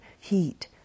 heat